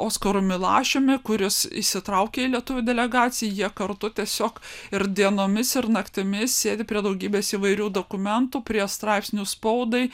oskaru milašiumi kuris įsitraukė į lietuvių delegaciją jie kartu tiesiog ir dienomis ir naktimis sėdi prie daugybės įvairių dokumentų prie straipsnių spaudai